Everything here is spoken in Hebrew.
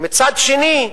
ומצד שני,